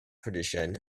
tradition